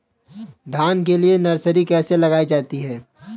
धान के लिए नर्सरी कैसे लगाई जाती है?